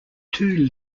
two